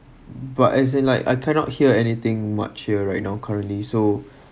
but as in like I cannot hear anything much here right now currently so